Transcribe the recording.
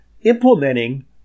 implementing